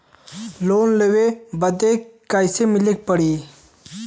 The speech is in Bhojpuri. लोन लेवे बदी कैसे मिले के पड़ी?